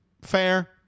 Fair